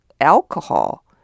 alcohol